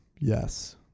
yes